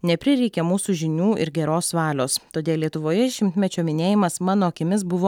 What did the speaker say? neprireikė mūsų žinių ir geros valios todėl lietuvoje šimtmečio minėjimas mano akimis buvo